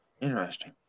interesting